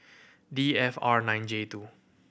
D F R nine J two